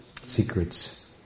secrets